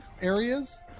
areas